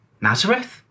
Nazareth